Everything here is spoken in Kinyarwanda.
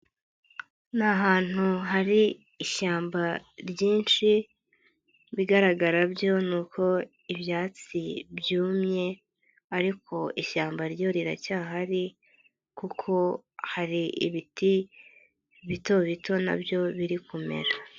Ni ahantu hari ishyamba ryinshi bigaragara byo ni uko ibyatsi byumye, ariko ishyamba ryo riracyahari kuko hari ibiti bito bito nabyo biri kumera.